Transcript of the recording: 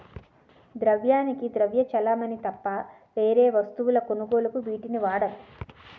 ద్రవ్యానికి ద్రవ్య చలామణి తప్ప వేరే వస్తువుల కొనుగోలుకు వీటిని వాడరు